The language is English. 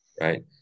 Right